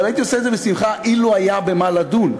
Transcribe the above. אבל הייתי עושה את זה בשמחה, אילו היה במה לדון.